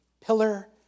pillar